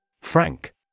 Frank